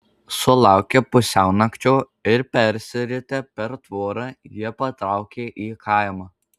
sulaukę pusiaunakčio ir persiritę per tvorą jie patraukė į kaimą